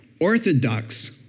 orthodox